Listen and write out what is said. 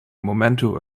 momento